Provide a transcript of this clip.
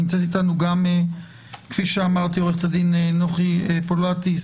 נמצאת אתנו גם כפי שאמרתי עוה"ד נוחי פוליטיס,